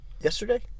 Yesterday